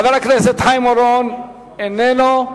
חבר הכנסת חיים אורון, איננו.